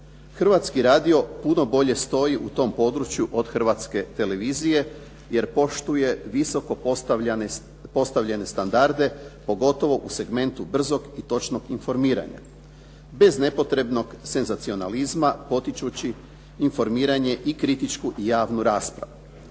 Hrvatski radio puno bolje stoji u tom području od Hrvatske televizije jer poštuje visoko postavljene standarde, pogotovo u segmentu brzog i točnog informiranja, bez nepotrebnog senzacionalizma potičući informiranje i kritičku i javnu raspravu.